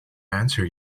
answer